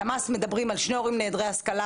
הלשכה